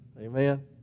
Amen